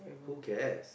who cares